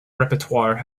repertoire